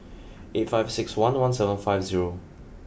eight five six one one seven five zero